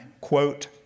quote